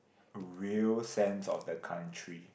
real sense of the country